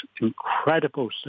incredible